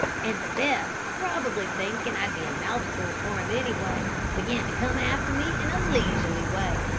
and the bear, probably thinking i'd be a mouthful for him anyway, began to come after me in a leisurely way.